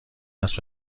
است